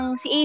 si